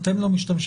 אתם לא משתמשים,